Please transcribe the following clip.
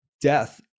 death